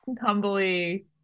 humbly